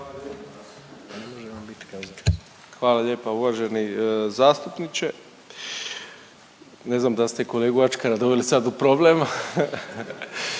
Hvala lijepa uvaženi zastupniče. Ne znam da li ste i kolegu Ačkara doveli sad u problem,